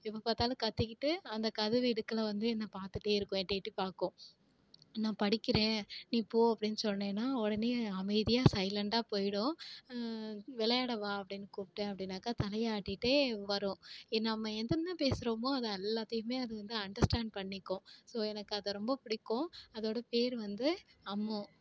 எப்போ பார்த்தாலும் கத்திக்கிட்டு அந்த கதவு இடுக்கில் வந்து என்ன பார்த்துட்டே இருக்கும் எட்டி எட்டி பார்க்கும் நான் படிக்கிறேன் நீ போ அப்படின்னு சொன்னேன்னா உடனே அமைதியாக சைலண்ட்டாக போயிடும் விளையாடவா அப்படின்னு கூப்பிட்டேன் அப்படின்னாக்கா தலையை ஆட்டிகிட்டே வரும் எ நாம எந்தெந்த பேசுகிறோமோ அது எல்லாத்தையுமே அது வந்து அண்டர்ஸ்டாண்ட் பண்ணிக்கும் ஸோ எனக்கு அதை ரொம்ப பிடிக்கும் அதோடய பெயர் வந்து அம்மு